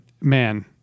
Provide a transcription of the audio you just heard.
man